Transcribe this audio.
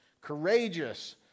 courageous